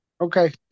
Okay